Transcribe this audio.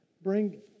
bring